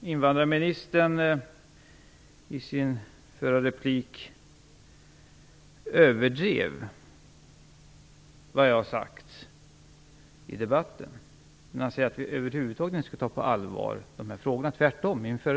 invandrarministern överdrev vad jag har sagt i debatten. Han säger att jag skulle ha sagt att man över huvud taget inte tar dessa frågor på allvar.